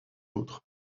autres